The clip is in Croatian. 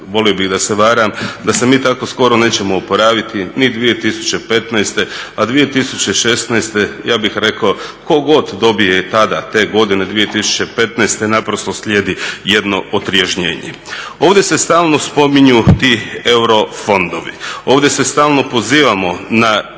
da se mi tako skoro nećemo oporaviti ni 2015. a 2016. ja bih rekao tko god dobije i tada te godine 2015. naprosto slijedi jedno otrežnjenje. Ovdje se stalno spominju ti euro fondovi, ovdje se stalno pozivamo na